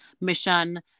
mission